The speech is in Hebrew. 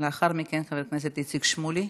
לאחר מכן, חבר הכנסת איציק שמולי.